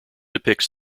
depicts